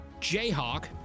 Jayhawk